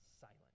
silent